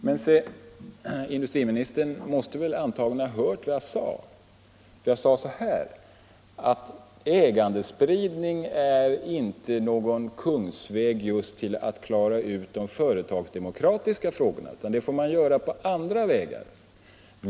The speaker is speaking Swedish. Men industriministern måste väl ha hört vad jag sade. Jag sade att ägandespridning är inte någon kungsväg till att klara ut de företagsdemokratiska frågorna. Det får man göra på andra vägar.